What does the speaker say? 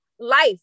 life